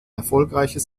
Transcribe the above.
erfolgreiches